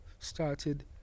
started